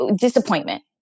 disappointment